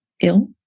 ill